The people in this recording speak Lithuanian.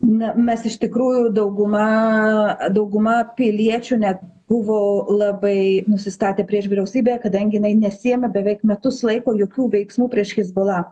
ne mes iš tikrųjų dauguma dauguma piliečių net buvo labai nusistatę prieš vyriausybę kadangi jinai nesiėmė beveik metus laiko jokių veiksmų prieš hezbollah